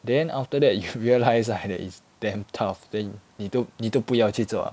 then after that you realise right that is damn tough then 你都你都不要去做